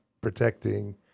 protecting